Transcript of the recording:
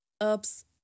ups